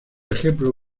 ejemplo